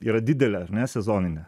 yra didelė ar ne sezoninė